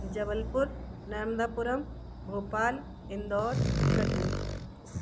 Jabalpur Narmadapuram Bhopal Indore Katni